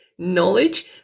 knowledge